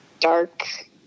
dark